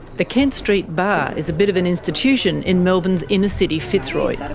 the kent street bar is a bit of an institution in melbourne's inner city fitzroy.